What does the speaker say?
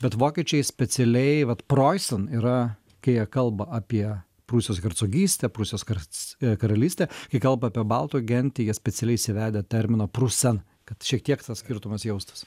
bet vokiečiai specialiai vat preussen yra kai jie kalba apie prūsijos hercogystę prūsijos kars e karalystę kai kalba apie baltų gentį jie specialiai įsivedę terminą prussen kad šiek tiek tas skirtumas jaustųs